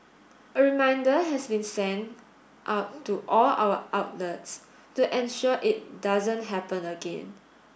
a reminder has been sent out to all our outlets to ensure it doesn't happen again